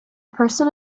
person